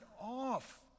off